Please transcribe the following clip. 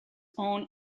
own